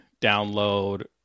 download